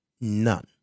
none